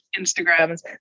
Instagram